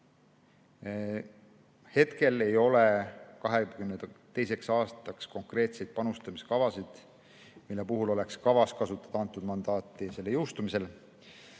Hetkel ei ole 2022. aastaks konkreetseid panustamiskavasid, mille puhul oleks kavas kasutada antud mandaati selle jõustumisel.